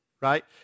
right